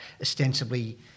ostensibly